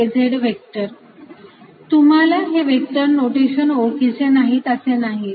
dlEY∂XXY EX∂yXYEY∂X EX∂yA तुम्हाला हे vector notation ओळखीचे नाहीत असे नाही